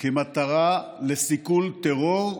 כמטרה לסיכול טרור,